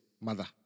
mother